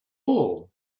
all